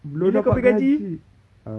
belum dapat ke gaji